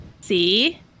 See